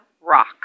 rock